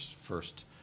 first